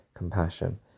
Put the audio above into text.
compassion